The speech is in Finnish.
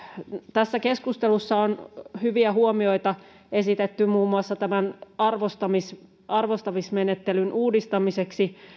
tässä keskustelussa on hyviä huomioita esitetty muun muassa tämän arvostamismenettelyn uudistamiseksi